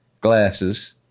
glasses